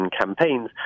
campaigns